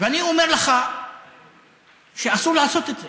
ואני אומר לך שאסור לעשות את זה.